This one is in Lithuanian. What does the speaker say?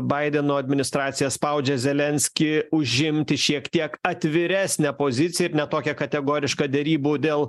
baideno administracija spaudžia zelenskį užimti šiek tiek atviresnę poziciją ir ne tokią kategorišką derybų dėl